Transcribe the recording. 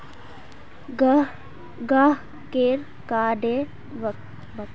गाहकेर कार्डत कत्ते पैसा बचिल यहार जानकारी ऐप स मिलवा सखछे